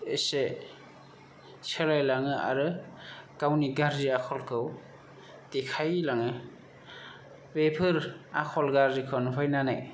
एसे सोलायलाङो आरो गावनि गाज्रि आखलखौ देखायलाङो बेफोर आखल गाज्रिखौ नुहैनानै